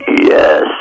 Yes